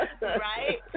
Right